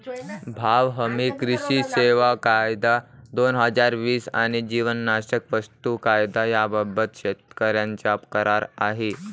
भाव हमी, कृषी सेवा कायदा, दोन हजार वीस आणि जीवनावश्यक वस्तू कायदा याबाबत शेतकऱ्यांचा करार आहे